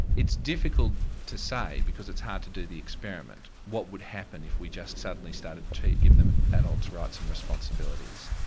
it's difficult to say, because it's hard to do the experiment, what would happen if we just suddenly started to give them adults' rights and responsibilities?